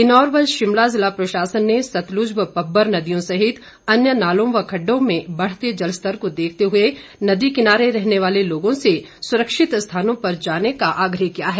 किन्नौर व शिमला ज़िला प्रशासन ने सतलुज व पब्बर नदियों सहित अन्यों नालों व खड्डों में बढ़ते जलस्तर को देखते हुए नदी किनारे रहने वाले लोगों से सुरक्षित स्थानों पर जाने का आग्रह किया है